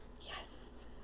yes